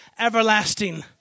everlasting